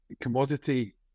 commodity